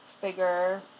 figure